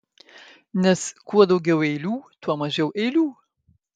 nes kuo daugiau eilių tuo mažiau eilių